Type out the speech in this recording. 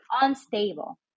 unstable